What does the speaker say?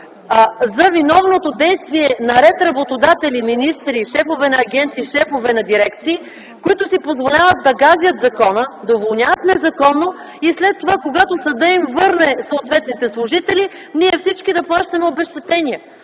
за виновното действие на ред работодатели, министри, шефове на агенции и шефове на дирекции, които си позволяват да газят закона, да уволняват незаконно и след това, когато съдът им върне съответните служители ние всички да плащаме обезщетения?